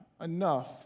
enough